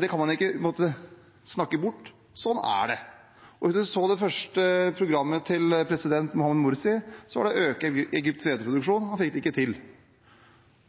Det kan man ikke snakke bort. Sånn er det. Hvis man leste det første programmet fra Egypts tidligere president Mohammed Mursi, så ville han øke Egypts hveteproduksjon. Han fikk det ikke til